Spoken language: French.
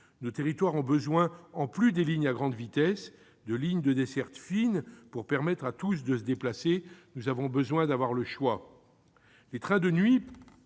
Nos territoires ont besoin, en plus des lignes à grande vitesse, de lignes de desserte fine pour permettre à tous de se déplacer. Nous avons besoin d'avoir le choix.